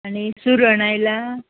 आनी सुरण आयला